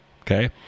Okay